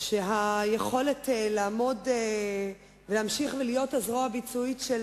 שהיכולת לעמוד ולהמשיך ולהיות הזרוע הביצועית של